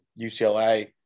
ucla